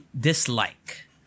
dislike